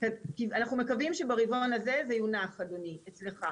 אנחנו מקווים שברבעון הזה זה יונח אדוני, אצלך.